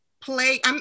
play